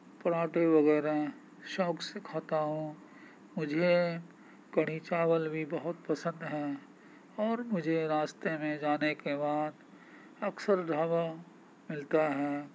پراٹھے وغیرہ شوق سے کھاتا ہوں مجھے کڑھی چاول بھی بہت پسند ہے اور مجھے راستے میں جانے کے بعد اکثر ڈھابا ملتا ہے